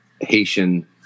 Haitian